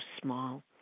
small